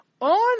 On